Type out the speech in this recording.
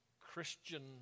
Christian